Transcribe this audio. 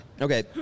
Okay